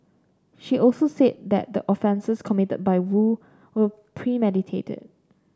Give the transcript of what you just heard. she also said that the offences committed by Woo were premeditated